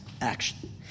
action